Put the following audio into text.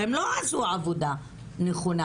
שהם לא עשו עבודה נכונה.